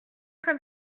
comme